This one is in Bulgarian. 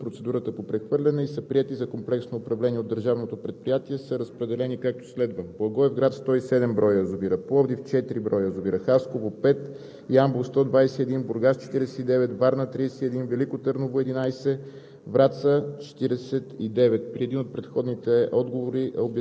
седемте язовира, за които е приключила процедурата по прехвърляне и са приети за комплексно управление от Държавното предприятие, са разпределени както следва: Благоевград – 107 броя, Пловдив – 4, Хасково – 5, Ямбол – 121, Бургас – 49, Варна – 31, Велико Търново – 11,